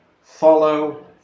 follow